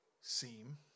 seem